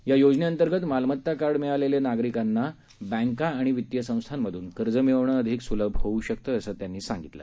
या योजनेअंतर्गत मालमता कार्ड मिळालेले नागरिकांना बँका आणि वितीय संस्थांमध्न कर्ज मिळवणं अधिक सुलभ होऊ शकतं असं त्यांनी सांगितलं